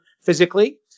physically